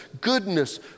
goodness